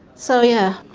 so yeah,